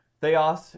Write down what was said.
Theos